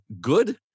good